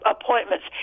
appointments